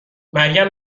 مریم